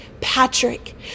Patrick